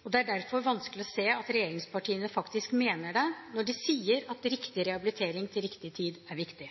og det er derfor vanskelig å se at regjeringspartiene faktisk mener det når de sier at riktig rehabilitering til riktig tid er viktig.